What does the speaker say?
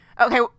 Okay